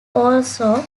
also